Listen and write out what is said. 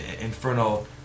infernal